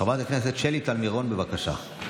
חברת הכנסת שלי טל מירון, בבקשה.